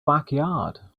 backyard